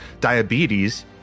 Diabetes